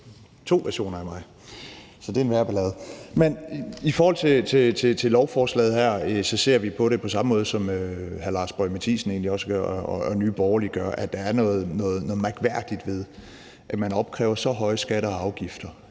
to versioner af mig. Så det er en værre ballade. Men i forhold til lovforslaget her ser vi på det på samme måde, som hr. Lars Boje Mathiesen egentlig også gør, og som Nye Borgerlige gør, nemlig at der er noget mærkværdigt ved, at man opkræver så høje skatter og afgifter,